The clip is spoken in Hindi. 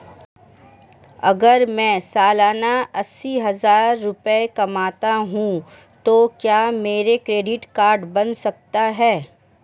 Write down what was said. अगर मैं सालाना अस्सी हज़ार रुपये कमाता हूं तो क्या मेरा क्रेडिट कार्ड बन सकता है?